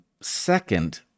Second